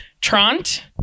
Trant